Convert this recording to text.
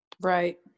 Right